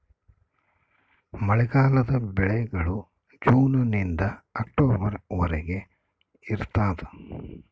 ಮಳೆಗಾಲದ ಬೆಳೆಗಳು ಜೂನ್ ನಿಂದ ಅಕ್ಟೊಬರ್ ವರೆಗೆ ಇರ್ತಾದ